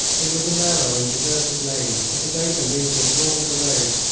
it was a narrow and deserted lane, but it opened into a broader road,